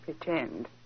pretend